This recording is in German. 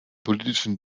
politischen